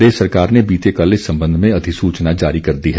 प्रदेश सरकार ने बीते कल इस संबंध में अधिसूचना जारी कर दी है